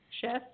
chef